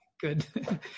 Good